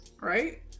Right